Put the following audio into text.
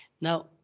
Now